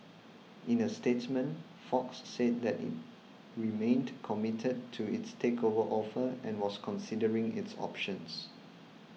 in a statement Fox said that it remained committed to its takeover offer and was considering its options